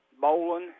bowling